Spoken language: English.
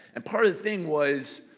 and part of the thing was